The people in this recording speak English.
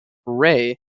ray